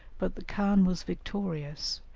but the khan was victorious,